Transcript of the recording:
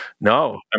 No